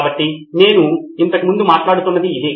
కాబట్టి ఇది ఉంది మీరు చెబుతున్నది ఇదే